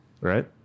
right